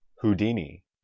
Houdini